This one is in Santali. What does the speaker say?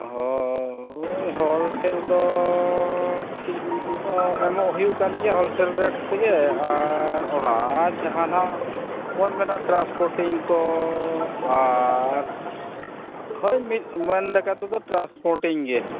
ᱦᱳᱻᱭ ᱦᱳᱞᱥᱮᱹᱞᱫᱚᱻ ᱮᱢᱚᱜ ᱦᱩᱭᱩᱜ ᱠᱟᱱ ᱜᱮᱭᱟ ᱦᱳᱞᱥᱮᱹᱞ ᱨᱮᱹᱴ ᱛᱮᱜᱮ ᱟᱨ ᱚᱱᱟ ᱡᱟᱦᱟᱱᱟᱜ ᱵᱚᱱ ᱢᱮᱱᱟ ᱴᱨᱟᱱᱥᱯᱳᱴᱤᱝᱠᱚᱻ ᱟᱻᱨ ᱦᱳᱭ ᱢᱤᱫ ᱢᱟᱹᱱ ᱞᱮᱠᱟᱛᱮ ᱴᱨᱟᱱᱥᱯᱳᱴᱤᱝᱜᱮ